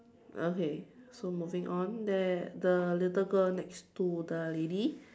okay so moving on there the little girl next to the lady